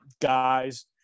guys